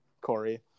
Corey